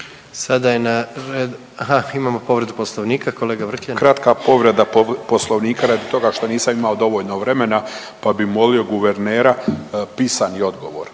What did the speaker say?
Sada je na, aha imamo povredu Poslovnika, kolega Vrkljan. **Vrkljan, Milan (Pravedna Hrvatska)** Kratka povreda Poslovnika radi toga što nisam imao dovoljno vremena, pa bi molio guvernera pisani odgovor